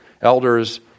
elders